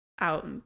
out